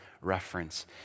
reference